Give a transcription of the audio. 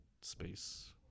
space